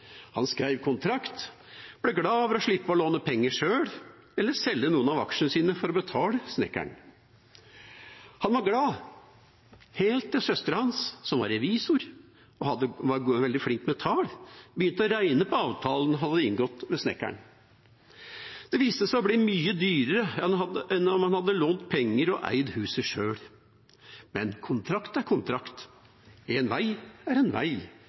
Han skrev kontrakt, ble glad for å slippe å låne penger sjøl eller selge noen av aksjene sine for å betale snekkeren. Han var glad helt til søsteren hans, som var revisor og veldig flink med tall, begynte å regne på avtalen han hadde inngått med snekkeren. Det viste seg å bli mye dyrere enn om han hadde lånt penger og eid huset sjøl. Men en kontrakt er en kontrakt, og en vei er en vei.